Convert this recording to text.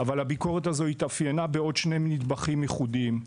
אבל הביקורת הזו התאפיינה בעוד שני נדבכים ייחודיים: